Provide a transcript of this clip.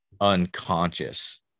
unconscious